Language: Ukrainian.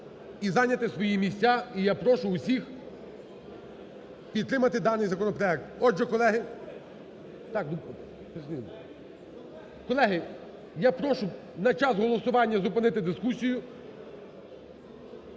і зайняти свої місця. І я прошу всіх підтримати даний законопроект. Отже, колеги… Колеги, я прошу на час голосування зупинити дискусію.